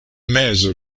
mezo